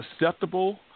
acceptable